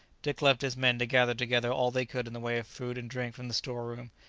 dick left his men to gather together all they could in the way of food and drink from the store-room,